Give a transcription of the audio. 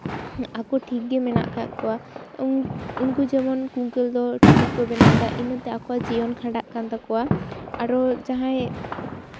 ᱟᱠᱚ ᱴᱷᱤᱠ ᱜᱮ ᱢᱮᱱᱟᱜ ᱟᱠᱟᱫ ᱠᱚᱣᱟ ᱩᱱᱠᱩ ᱡᱮᱢᱚᱱ ᱠᱩᱝᱠᱟᱹᱞ ᱫᱚ ᱴᱩᱠᱩᱪ ᱠᱚ ᱵᱮᱱᱟᱣᱫᱟ ᱤᱱᱟᱹᱛᱮ ᱟᱠᱚᱣᱟᱜ ᱡᱤᱭᱚᱱ ᱠᱷᱟᱸᱰᱟᱜ ᱠᱟᱱ ᱛᱟᱠᱚᱣᱟ ᱟᱨᱚ ᱡᱟᱦᱟᱸᱭ